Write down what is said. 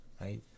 Right